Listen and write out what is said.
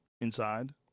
inside